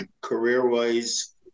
career-wise